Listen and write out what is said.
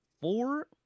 four